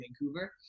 Vancouver